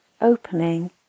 opening